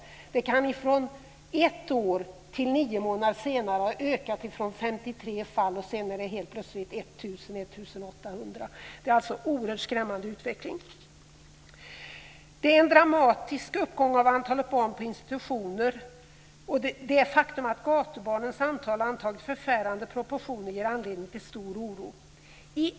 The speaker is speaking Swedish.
Antalet fall kan på nio månader öka från 53 till 1 000-1 800. Det är alltså en oerhört skrämmande utveckling. Det är en dramatisk ökning av antalet barn på institutioner. Det faktum att gatubarnens antal har antagit förfärande proportioner ger anledning till stor oro.